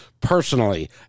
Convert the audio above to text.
personally